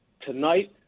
Tonight